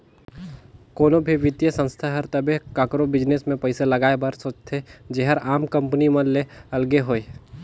कोनो भी बित्तीय संस्था हर तबे काकरो बिजनेस में पइसा लगाए बर सोंचथे जेहर आम कंपनी मन ले अलगे होए